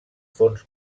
fonts